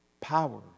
power